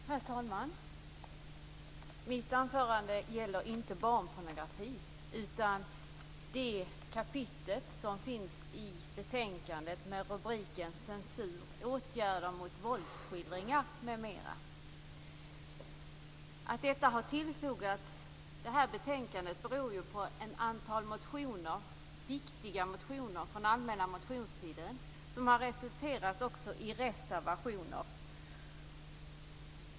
Herr talman! Mitt anförande gäller inte barnpornografin utan det kapitel som finns i betänkandet med rubriken Censur, åtgärder mot våldsskildringar, m.m. Att detta har tillfogats det här betänkandet beror på ett antal viktiga motioner från allmänna motionstiden som också har resulterat i reservationer.